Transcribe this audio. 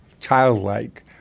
childlike